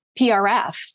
PRF